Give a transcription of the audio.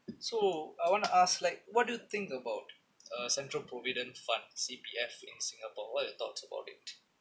so I want to ask like what do you think about uh central provident fund C_P_F in singapore what your thoughts about it